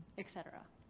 etc.